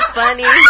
funny